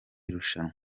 rushanwa